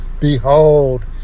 behold